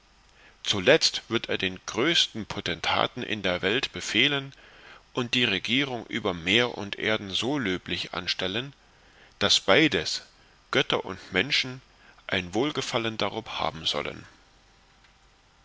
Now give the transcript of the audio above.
zuletzt wird er den größten potentaten in der welt befehlen und die regierung über meer und erden so löblich anstellen daß beides götter und menschen ein wohlgefallen darob haben sollen